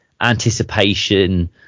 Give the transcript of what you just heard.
anticipation